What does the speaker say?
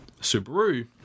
Subaru